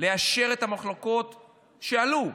ליישב את המחלוקות שעלו.